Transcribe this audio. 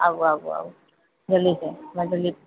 आबु आबु आउ